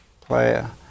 player